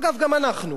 אגב, גם אנחנו,